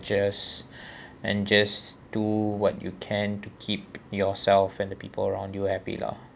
just and just do what you can to keep yourself and the people around you happy lah